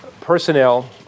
personnel